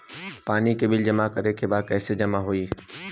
पानी के बिल जमा करे के बा कैसे जमा होई?